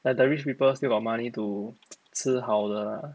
but the rich people still got money to 吃好的